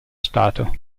stato